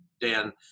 Dan